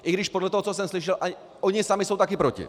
I když podle toho, co jsem slyšel, oni sami jsou také proti.